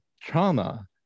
trauma